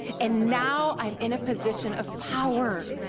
and now i'm in a position of power,